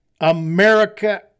America